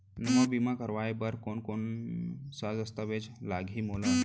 नवा बीमा करवाय बर कोन कोन स दस्तावेज लागही मोला?